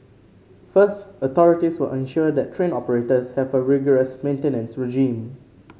first authorities will ensure that train operators have a rigorous maintenance regime